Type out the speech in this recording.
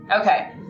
Okay